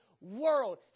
world